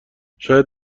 شاید